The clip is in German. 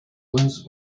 uns